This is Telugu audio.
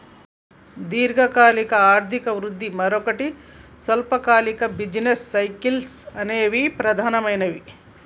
దీర్ఘకాలిక ఆర్థిక వృద్ధి, మరోటి స్వల్పకాలిక బిజినెస్ సైకిల్స్ అనేవి ప్రధానమైనవి